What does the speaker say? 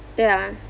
yeah